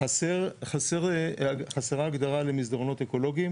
חסרה הגדרה למסדרונות אקולוגיים.